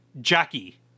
Jackie